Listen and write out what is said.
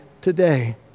today